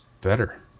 better